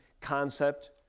concept